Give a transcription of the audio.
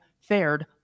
fared